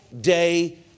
day